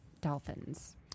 Dolphins